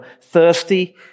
thirsty